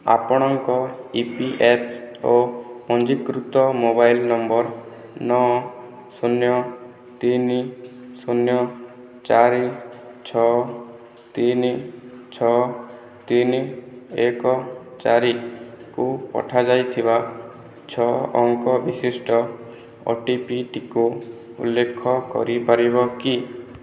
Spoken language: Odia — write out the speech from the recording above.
ଆପଣଙ୍କ ଇ ପି ଏଫ୍ ଓ ପଞ୍ଜୀକୃତ ମୋବାଇଲ୍ ନମ୍ବର୍ ନଅ ଶୂନ୍ୟ ତିନି ଶୂନ୍ୟ ଚାରି ଛଅ ତିନି ଛଅ ତିନି ଏକ ଚାରି କୁ ପଠାଯାଇଥିବା ଛଅ ଅଙ୍କ ବିଶିଷ୍ଟ ଓଟିପିଟିକୁ ଉଲ୍ଲେଖ କରିପାରିବ କି